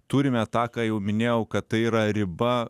turime tą ką jau minėjau kad tai yra riba